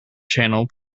channel